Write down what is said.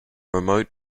remote